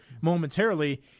momentarily